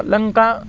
Lanka